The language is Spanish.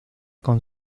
con